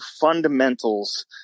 fundamentals